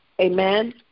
Amen